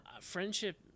friendship